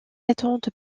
attentes